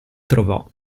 trovò